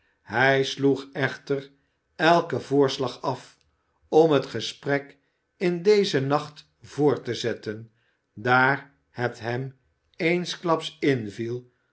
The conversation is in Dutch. hij sloeg echter eiken voorslag af om het gesprek in dezen nacht voort te zetten daar het hem eensklaps inviel